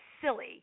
silly